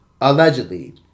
allegedly